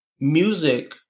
music